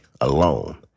alone